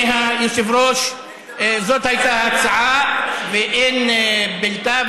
היושב-ראש, זאת הייתה ההצעה ואין בלתה.